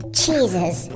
cheeses